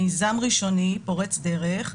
מיזם ראשוני ופורץ דרך,